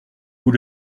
vous